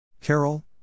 Carol